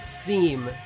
theme